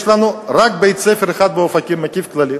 יש לנו רק בית-ספר מקיף כללי